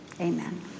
amen